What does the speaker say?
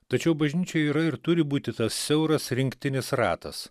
tačiau bažnyčioj yra ir turi būti tas siauras rinktinis ratas